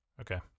Okay